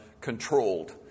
controlled